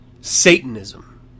Satanism